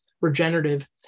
regenerative